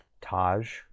taj